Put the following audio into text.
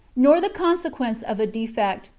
nor the consequence of a defect,